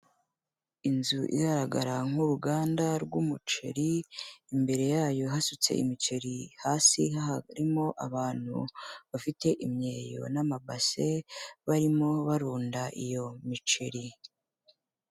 Inzu igaragara nk'uruganda rw'umuceri, imbere yayo hasutse imiceri, hasi harimo abantu bafite imyeyo n'amabase, barimo barunda iyo miceri.